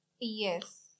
Yes